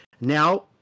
Now